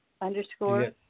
Underscore